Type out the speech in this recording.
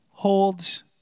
holds